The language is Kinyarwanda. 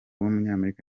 w’umunyamerika